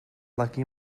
lucky